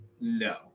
No